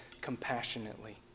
compassionately